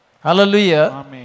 Hallelujah